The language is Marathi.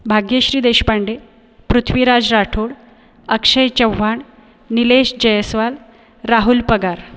भाग्यश्री देशपांडे पृथ्वीराज राठोड अक्षय चव्हाण निलेश जैसवाल राहुल पगार